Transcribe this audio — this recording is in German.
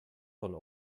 von